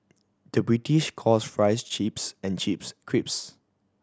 the British calls fries chips and chips crisps